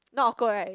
not awkward right